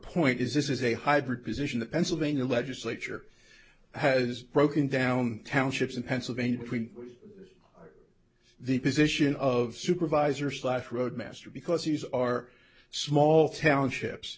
point is this is a hybrid position the pennsylvania legislature has broken down townships in pennsylvania we the position of supervisor slash roadmaster because these are small town ships